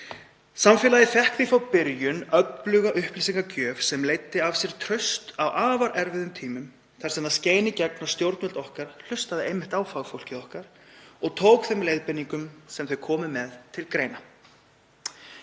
Samfélagið fékk því fá byrjun öfluga upplýsingagjöf sem leiddi af sér traust á afar erfiðum tímum þar sem það skein í gegn að stjórnvöld hlustuðu einmitt á fagfólkið okkar og tóku þær leiðbeiningar sem þau komu með til greina.